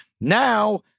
now